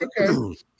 okay